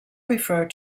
refer